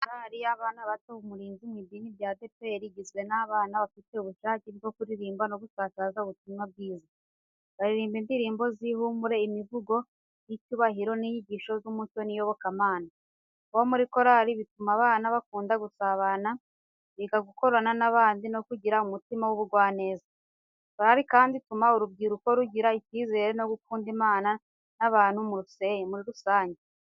Korari y'abana bato Umurinzi mu idini rya ADEPERI igizwe n'abana bafite ubushake bwo kuririmba no gusakaza ubutumwa bwiza. Baririmba indirimbo z'ihumure, imivugo y’icyubahiro n’inyigisho z’umuco n’iyobokamana. Kuba muri korari bituma abana bakunda gusabana, biga gukorana n’abandi no kugira umutima w’ubugwaneza. Korari kandi ituma urubyiruko rugira icyizere no gukunda Imana n’abantu muri rusange.